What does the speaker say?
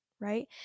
right